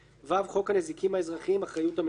(ו) חוק הנזיקין האזרחיים (אחריות המדינה),